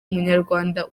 umunyarwanda